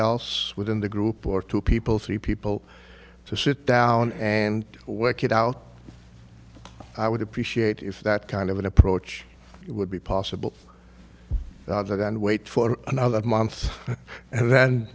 else within the group or two people three people to sit down and work it out i would appreciate if that kind of an approach would be possible rather than wait for another month and then